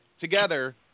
together